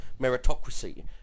meritocracy